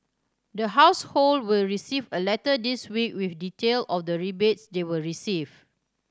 the household will receive a letter this week with detail of the rebates they will receive